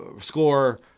score